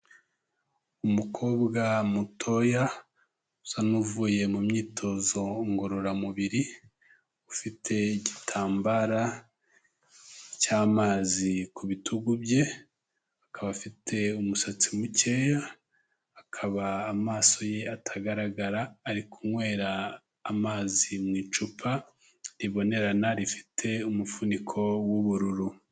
Umukobwa mutoya, usa n'uvuye mu myitozo ngororamubiri, ufite igitambara cy'amazi ku bitugu bye, akaba afite umusatsi mukeya, akaba amaso ye atagaragara, ari kunywera amazi mu icupa ribonerana, rifite umufuniko w'ubururu.